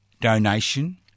donation